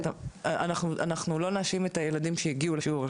אנחנו לא נאשים את הילדים שהגיעו לשיעור,